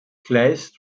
kleist